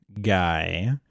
guy